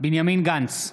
בנימין גנץ,